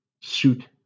suit